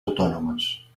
autònomes